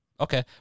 Okay